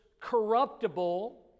corruptible